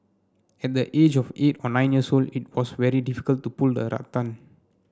at the age of eight or nine years old it was very difficult to pull the rattan